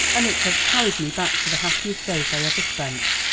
and it has carried me back to the happiest days i ever spent.